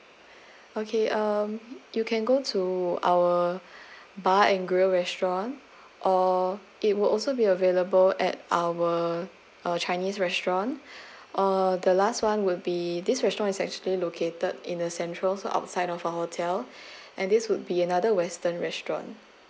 okay um you can go to our bar and grill restaurant or it will also be available at our our chinese restaurant or the last one will be this restaurant is actually located in a central so outside of our hotel and this would be another western restaurant